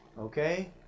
okay